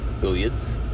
billiards